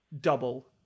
double